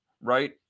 right